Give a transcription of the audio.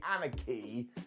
anarchy